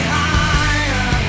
higher